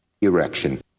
Erection